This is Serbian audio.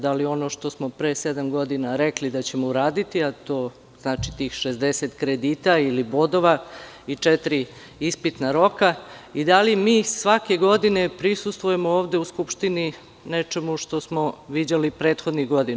Da li ono što smo pre sedam godina rekli da ćemo uraditi, a to znači tih 60 kredita ili bodova i četiri ispitna roka i da li mi svake godine prisustvujemo ovde u Skupštini nečemu što smo viđali prethodnih godina?